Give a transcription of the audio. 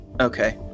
Okay